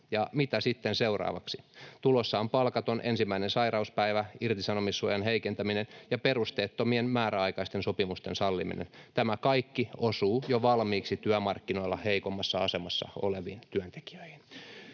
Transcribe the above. ja mitä sitten seuraavaksi? Tulossa on palkaton ensimmäinen sairauspäivä, irtisanomissuojan heikentäminen ja perusteettomien määräaikaisten sopimusten salliminen. Tämä kaikki osuu jo valmiiksi työmarkkinoilla heikommassa asemassa oleviin työntekijöihin.